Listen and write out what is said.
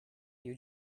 you